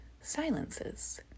silences